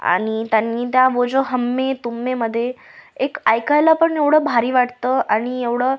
आणि त्यांनी त्या वो जो हममे तुममेमध्ये एक ऐकायला पण एवढं भारी वाटतं आणि एवढं